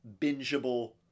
bingeable